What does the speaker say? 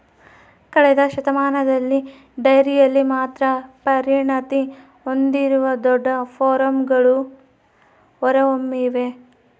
ಕಳೆದ ಶತಮಾನದಲ್ಲಿ ಡೈರಿಯಲ್ಲಿ ಮಾತ್ರ ಪರಿಣತಿ ಹೊಂದಿರುವ ದೊಡ್ಡ ಫಾರ್ಮ್ಗಳು ಹೊರಹೊಮ್ಮಿವೆ